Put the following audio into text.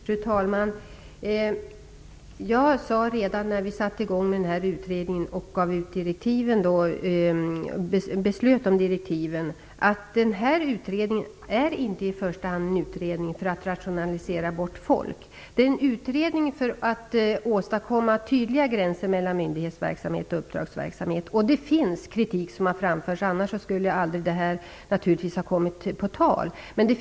Fru talman! Jag sade redan när vi satte i gång med utredningen och beslöt om direktiven att den här utredningen inte i första hand är en utredning med syftet att rationalisera bort folk. Det är en utredning för att åstadkomma tydliga gränser mellan myndighetsverksamhet och uppdragsverksamhet. Kritik har framförts, annars skulle en utredning naturligtvis aldrig kommit på tal.